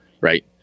Right